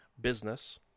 business